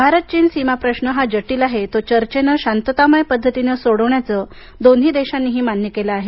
भारत चीन सीमा प्रश्न हा जटील आहे तो चर्चेने शांततामय पद्धतीनं सोडवण्याचे दोन्ही देशांनीही मान्य केलं आहे